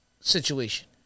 situation